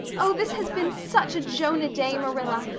oh, this has been such a jonah day, marilla.